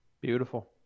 beautiful